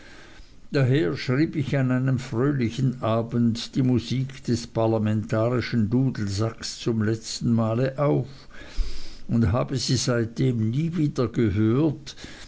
daher schrieb ich an einem fröhlichen abend die musik des parlamentarischen dudelsacks zum letzten male auf und habe sie seitdem nie wieder gehört